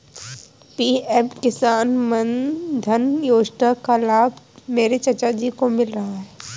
PM Kisan Maandhan Yojana का लाभ मेरे चाचा जी को मिल रहा है